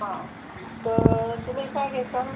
हां तर शिलाई काय घेशाल